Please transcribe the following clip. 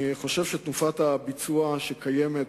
אני חושב שתנופת הביצוע שקיימת